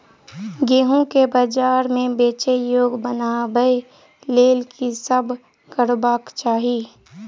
गेंहूँ केँ बजार मे बेचै योग्य बनाबय लेल की सब करबाक चाहि?